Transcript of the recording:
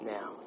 Now